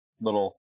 little